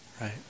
Right